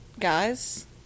guys